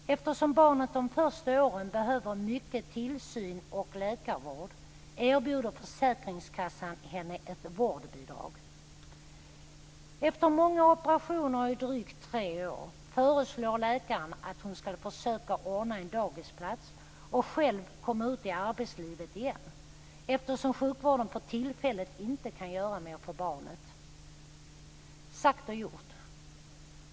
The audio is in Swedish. Eftersom barnet de första åren behöver mycket tillsyn och läkarvård erbjuder försäkringskassan henne ett vårdbidrag. Efter många operationer i drygt tre år föreslår läkare att hon skall försöka ordna en dagisplats och själv komma ut i arbetslivet igen, eftersom sjukvården för tillfället inte kan göra mer för barnet. Sagt och gjort.